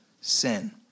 sin